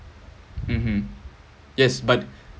mmhmm yes but